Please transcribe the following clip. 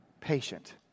patient